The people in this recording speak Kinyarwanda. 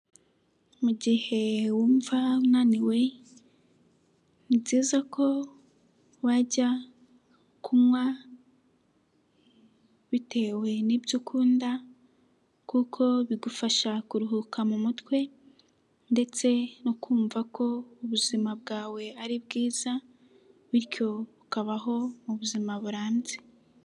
Mu gihe wumva unaniwe ni byiza ko wajya kunywa bitewe n'ibyo ukunda kuko bigufasha kuruhuka mu mutwe ndetse no kumva ko ubuzima bwawe ari bwiza, bityo bu ukabaho mu buzima burambye.